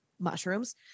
mushrooms